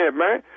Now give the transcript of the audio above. man